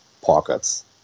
pockets